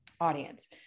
audience